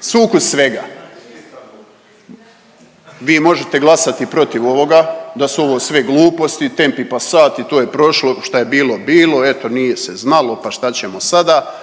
sukus svega. Vi možete glasati protiv ovoga da su ovo sve gluposti, tempi pasati, to je prošlo, šta je bilo bilo, eto nije se znalo pa šta ćemo sada.